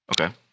Okay